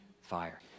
fire